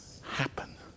happen